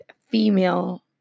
female